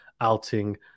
outing